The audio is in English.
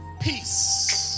peace